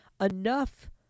enough